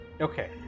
okay